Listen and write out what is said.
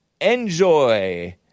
Enjoy